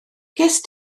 gest